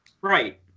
Right